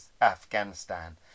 Afghanistan